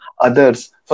others